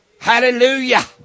Hallelujah